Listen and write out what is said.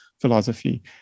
philosophy